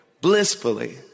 blissfully